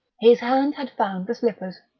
his hand had found the slippers,